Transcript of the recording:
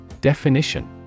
Definition